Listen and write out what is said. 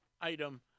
item